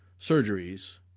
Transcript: surgeries